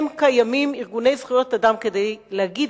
קיימים ארגוני זכויות אדם כדי להגיד